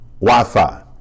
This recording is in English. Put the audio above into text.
Wi-Fi